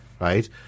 right